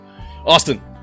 Austin